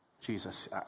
Jesus